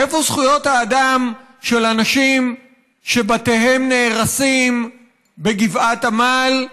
איפה זכויות האדם של אנשים שבתיהם נהרסים בגבעת עמל,